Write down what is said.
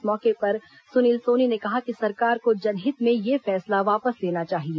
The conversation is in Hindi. इस मौके पर सुनील सोनी ने कहा कि सरकार को जनहित में यह फैसला वापस लेना चाहिए